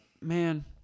man